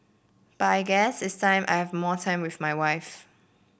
but I guess it's time I have more time with my wife